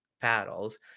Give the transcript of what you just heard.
paddles